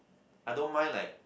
I don't mind like